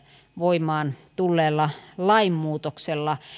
voimaan tulleella lainmuutoksella